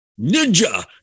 Ninja